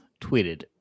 tweeted